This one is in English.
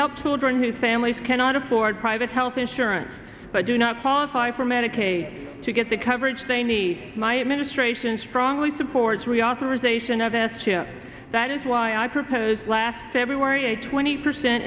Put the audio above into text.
help children whose families cannot afford private health insurance but do not qualify for medicaid to get the coverage they need my administration strongly supports reauthorization of this chip that is why i proposed last february a twenty percent